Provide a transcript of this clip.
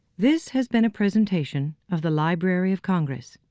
this has been a presentation of the library of congress.